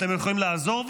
אתם יכולים לעזור,